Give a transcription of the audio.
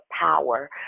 power